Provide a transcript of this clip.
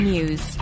News